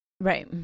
Right